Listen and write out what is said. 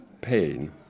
pain